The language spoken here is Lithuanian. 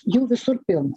jų visur pilna